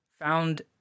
found